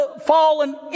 fallen